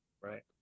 Right